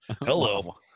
Hello